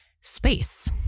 space